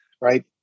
right